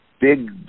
big